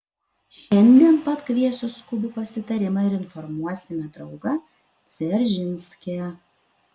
šiandien pat kviesiu skubų pasitarimą ir informuosime draugą dzeržinskį